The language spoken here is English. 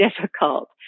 difficult